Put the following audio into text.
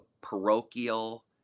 parochial